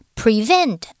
prevent